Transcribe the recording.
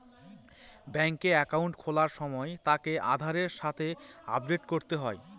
ব্যাঙ্কে একাউন্ট খোলার সময় তাকে আধারের সাথে আপডেট করতে হয়